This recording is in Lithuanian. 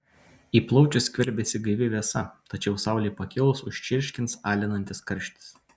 į plaučius skverbiasi gaivi vėsa tačiau saulei pakilus užčirškins alinantis karštis